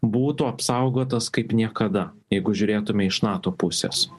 būtų apsaugotas kaip niekada jeigu žiūrėtume iš nato pusės